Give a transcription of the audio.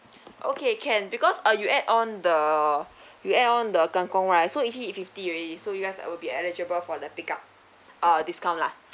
okay can because uh you add on the you add on the kangkong right so you hit fifty already so you guys will be eligible for the pick up uh discount lah